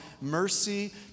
mercy